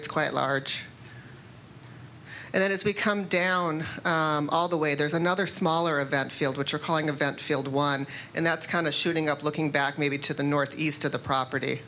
it's quite large and it has become down all the way there's another smaller event field which are calling a vent field one and that's kind of shooting up looking back maybe to the north east of the property